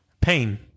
pain